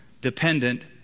dependent